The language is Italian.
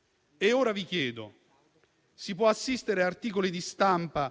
punto se si può assistere ad articoli di stampa